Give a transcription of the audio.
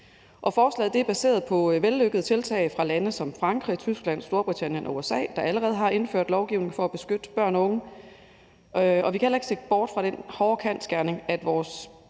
Forslaget er baseret på vellykkede tiltag fra lande som Frankrig, Tyskland, Storbritannien og USA, der allerede har indført lovgivningen for at beskytte børn og unge. Vi kan heller ikke se bort fra den hårde kendsgerning, at vores